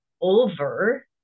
over